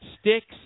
sticks